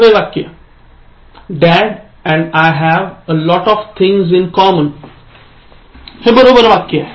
८ वे वाक्य Dad and I have a lot of things in common हे बरोबर वाक्य आहे